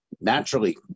naturally